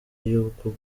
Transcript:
y’ubwo